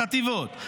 בחטיבות.